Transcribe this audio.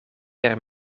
per